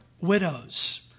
widows